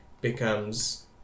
becomes